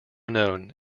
known